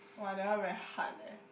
!wah! that one very hard leh